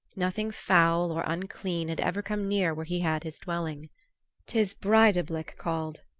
nothing foul or unclean had ever come near where he had his dwelling tis breidablik called,